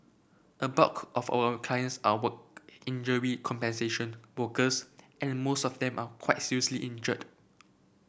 a bulk of our clients are work injury compensation workers and most of them are quite seriously injured